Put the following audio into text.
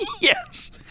Yes